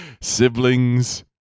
siblings